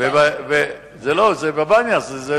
זה בבניאס.